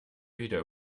wieder